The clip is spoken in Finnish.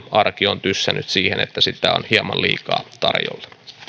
arki on tyssännyt siihen että sitä on hieman liikaa tarjolla